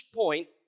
point